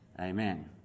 Amen